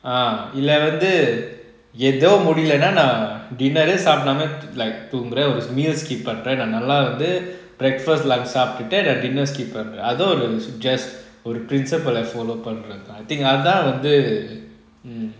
ah இதுல வந்து எதோ முடிலனா நான்:ithula vanthu etho mudilana naan dinner எச் சாப்பிடாம: eh sapdama like தூங்குறான் ஒரு:thunguran oru meal skip பண்றன் நான் நல்ல வந்து:panran naan nalla vanthu breakfast lunch pretend the fitness keep up அதுவும் ஒரு:athuvum oru just principle பண்றது:panrathu follow அதன் வந்து:athan vanthu mm